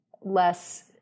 less